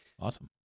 Awesome